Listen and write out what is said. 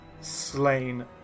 slain